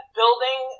building